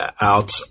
out